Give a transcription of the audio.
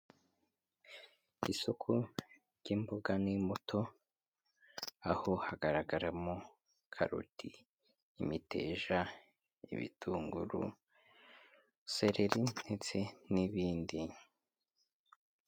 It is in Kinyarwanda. Isoko ry'imboga n'imbuto aho hagaragaramo karoti, imiteja, ibitunguru, sereri ndetse n'ibindi.